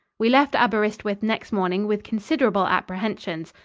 we left aberyswith next morning with considerable apprehensions.